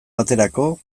baterako